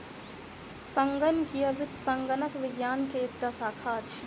संगणकीय वित्त संगणक विज्ञान के एकटा शाखा अछि